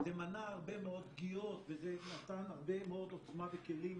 זה מנע הרבה מאוד פגיעות וזה נתן הרבה מאוד עוצמה וכלים